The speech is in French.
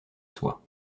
sois